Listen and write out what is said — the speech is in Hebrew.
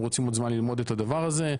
הם רוצים עוד זמן ללמוד את הדבר הזה.